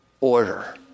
order